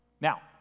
Now